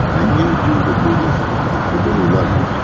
i need you to do this for me. if you really love me,